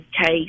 case